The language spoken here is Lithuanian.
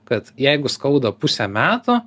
kad jeigu skauda pusę metų